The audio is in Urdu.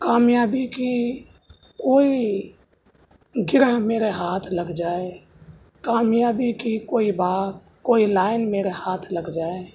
کامیابی کی کوئی گرہ میرے ہاتھ لگ جائے کامیابی کی کوئی بات کوئی لائن میرے ہاتھ لگ جائے